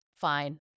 Fine